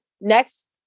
next